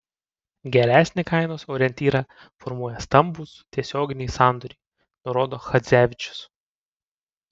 geresnį kainos orientyrą formuoja stambūs tiesioginiai sandoriai nurodo chadzevičius